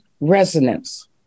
resonance